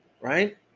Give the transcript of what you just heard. Right